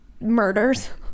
murders